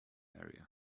area